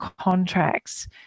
contracts